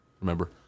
remember